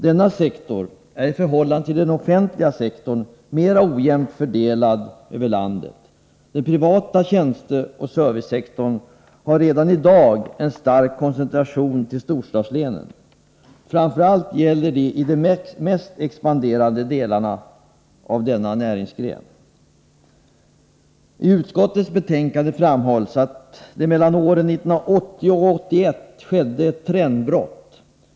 Denna sektor är mera ojämnt fördelad över landet än den offentliga sektorn. Den privata tjänsteoch servicesektorn har redan i dag en stark koncentration till storstadslänen. Framför allt gäller det de mest expanderande delarna av denna näringsgren. IT utskottets betänkande framhålls att det mellan åren 1980 och 1981 skedde ett trendbrott.